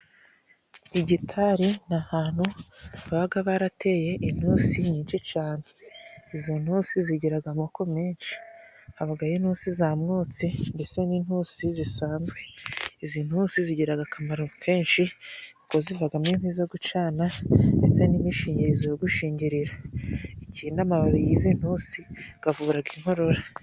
Igitari ni ahantu baba barateye intusi nyinshi cyane. izo ntusi zigira amoko menshi habaho intusi za mwotsi ndetse n'intusi zisanzwe. Izi ntusi zigira akamaro kenshi ngo zivamo inkwi zo gucana ndetse n'imishingizo yo gushingirira ikindi amababi yizi ntusi avura inkorora.